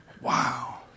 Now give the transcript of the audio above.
Wow